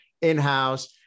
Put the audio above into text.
in-house